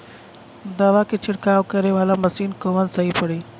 दवा के छिड़काव करे वाला मशीन कवन सही पड़ी?